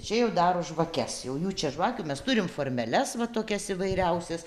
čia jau daro žvakes jau jų čia žvakių mes turim formeles va tokias įvairiausias